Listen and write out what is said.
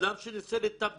אדם שניסה להתאבד